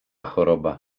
choroba